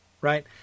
Right